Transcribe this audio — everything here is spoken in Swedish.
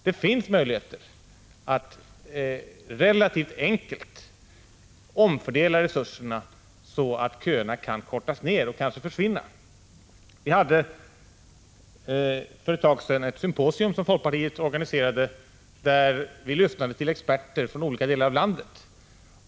Det finns möjligheter att relativt enkelt omfördela resurserna, så att köerna kan kortas ner och kanske försvinna. För en tid sedan organiserade folkpartiet ett symposium. Vi kunde då lyssna till experter från olika delar av landet.